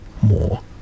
more